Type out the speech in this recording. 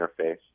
interface